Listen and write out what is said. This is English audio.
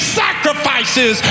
sacrifices